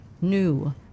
new